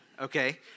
okay